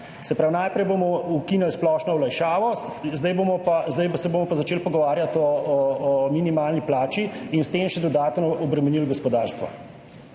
Se pravi, najprej bomo ukinili splošno olajšavo, zdaj se bomo pa začeli pogovarjati o minimalni plači in s tem še dodatno obremenili gospodarstvo.